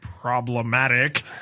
problematic